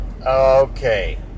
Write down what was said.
Okay